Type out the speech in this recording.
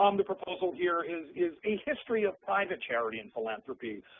um the proposal here is is a history of private charity and philanthropy,